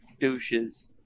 douches